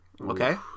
Okay